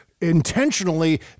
intentionally